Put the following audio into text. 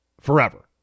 forever